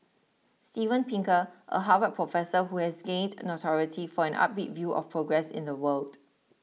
Steven Pinker a Harvard professor who has gained notoriety for an upbeat view of progress in the world